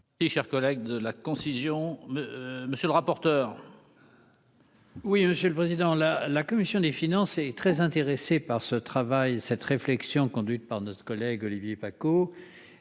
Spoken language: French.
Hé, chers collègues de la concision, monsieur le rapporteur. Oui, j'ai le président là, la commission des finances, est très intéressé par ce travail, cette réflexion conduite par notre collègue Olivier Paccaud